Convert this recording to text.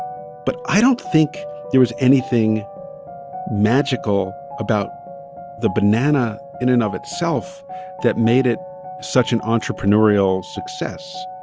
but i don't think there is anything magical about the banana in and of itself that made it such an entrepreneurial success.